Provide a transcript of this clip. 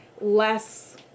less